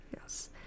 Yes